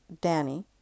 Danny